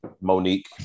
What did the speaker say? Monique